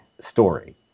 story